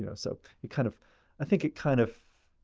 yeah so you kind of i think it kind of